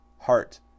Heart